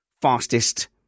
fastest